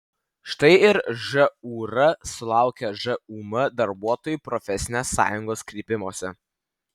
štai ir žūr sulaukė žūm darbuotojų profesinės sąjungos kreipimosi